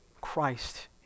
Christ